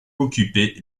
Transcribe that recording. occuper